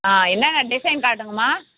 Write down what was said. ஆ என்னென்ன டிசைன் காட்டுங்கம்மா